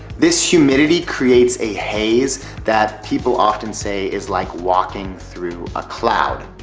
this humidity creates a haze that people often say is like walking through a cloud.